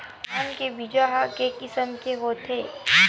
धान के बीजा ह के किसम के होथे?